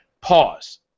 pause